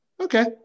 okay